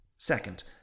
Second